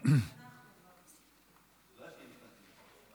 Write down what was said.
תודה רבה.